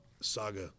saga